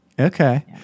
Okay